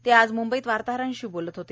ते आज मंंबईत वार्ताहरांशी बोलत होते